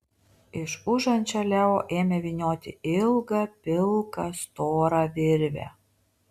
iš užančio leo ėmė vynioti ilgą pilką storą virvę